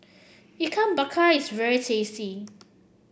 Ikan Bakar is very tasty